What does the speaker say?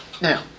Now